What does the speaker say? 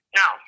no